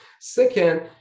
Second